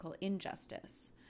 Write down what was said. injustice